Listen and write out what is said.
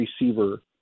receiver